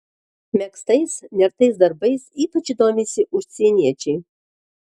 megztais nertais darbais ypač domisi užsieniečiai